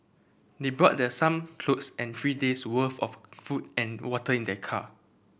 they brought that some clothes and three days'worth of food and water in their car